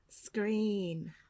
Screen